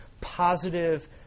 positive